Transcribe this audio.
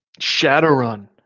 Shadowrun